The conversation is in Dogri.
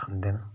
खंदे न